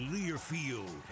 Learfield